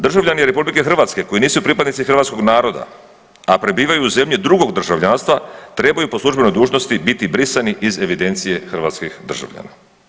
Državljani RH koji nisu pripadnici hrvatskog naroda, a prebivaju u zemlji drugog državljanstva trebaju po službenoj dužnosti biti brisani iz evidencije hrvatskih državljana.